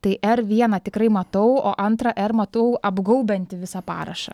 tai r vieną tikrai matau o antrą r matau apgaubiantį visą parašą